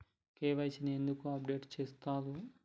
KYC ని ఎందుకు update చేత్తరు?